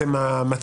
המצב